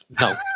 No